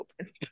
open